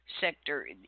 sector